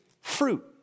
fruit